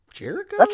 Jericho